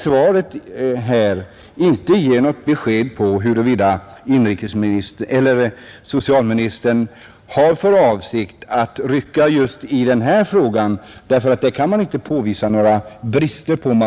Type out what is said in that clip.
Svaret ger inte något besked om huruvida socialministern har för avsikt att rycka just i den här frågan. Det kan alltså inte påvisas några brister hos maskinerna, utan det är konstruktionen det är fråga om.